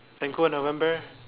then go in november